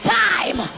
time